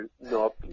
no